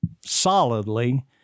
solidly